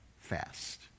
fast